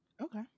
Okay